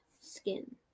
skin